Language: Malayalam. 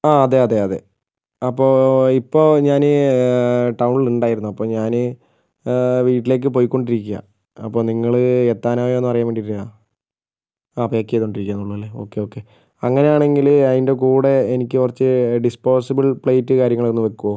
ആ അതെ അതെ അതെ അപ്പോൾ ഇപ്പോൾ ഞാന് ടൗണിലുണ്ടായിരുന്നു അപ്പോൾ ഞാന് വീട്ടിലേക്ക് പോയികൊണ്ടിരിക്കുകയാണ് അപ്പോൾ നിങ്ങള് എത്താറായൊന്ന് അറിയാൻ വേണ്ടിയിട്ടാണ് ആ പായ്ക്കെയ്തൊണ്ടികുന്നേ ഉള്ളൂ അല്ലെ ഓക്കെ ഓക്കെ അങ്ങനാണെങ്കില് അതിൻ്റെ കൂടെ എനിക്ക് കുറച്ച് ഡിസ്പോസിബിൾ പ്ലേറ്റും കാര്യങ്ങളൊന്ന് വെക്കുമോ